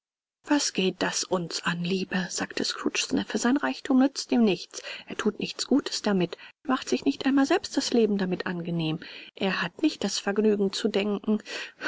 was geht das uns an liebe sagte scrooges neffe sein reichtum nützt ihm nichts er thut nichts gutes damit er macht sich nicht einmal selbst das leben damit angenehm er hat nicht das vergnügen zu denken